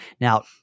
Now